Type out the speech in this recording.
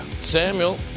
Samuel